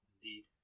Indeed